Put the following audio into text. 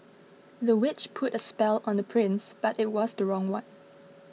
the witch put a spell on the prince but it was the wrong one